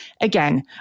Again